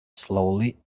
slowly